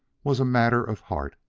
was a matter of heart,